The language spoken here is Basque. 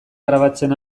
grabatzen